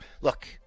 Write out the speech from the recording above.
look